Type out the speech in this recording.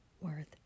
worth